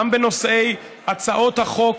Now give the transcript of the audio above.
גם בנושאי הצעות החוק,